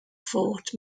fort